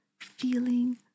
Feeling